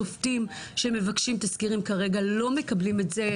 שופטים שמבקשים תזכירים כרגע לא מקבלים את זה,